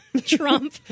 Trump